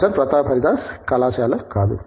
professor Pratap Haridas కళాశాల కాదు